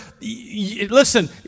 listen